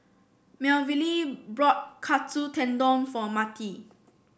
Melville bought Katsu Tendon for Mattie